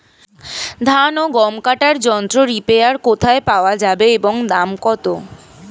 ধান ও গম কাটার যন্ত্র রিপার কোথায় পাওয়া যাবে এবং দাম কত?